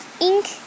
Ink